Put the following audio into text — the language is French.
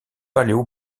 paléo